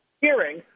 hearing